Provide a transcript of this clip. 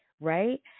Right